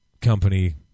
company